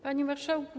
Panie Marszałku!